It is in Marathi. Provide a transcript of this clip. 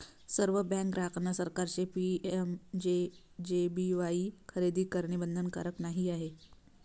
सर्व बँक ग्राहकांना सरकारचे पी.एम.जे.जे.बी.वाई खरेदी करणे बंधनकारक नाही आहे